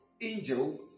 angel